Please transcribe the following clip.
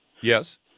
Yes